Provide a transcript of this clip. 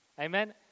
Amen